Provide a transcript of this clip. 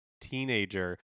teenager